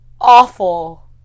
awful